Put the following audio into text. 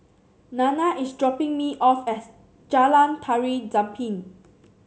Nana is dropping me off at Jalan Tari Zapin